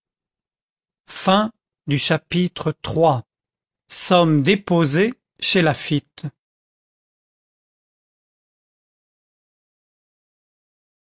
chapitre iii sommes déposées chez laffitte